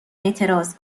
اعتراض